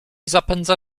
zapędza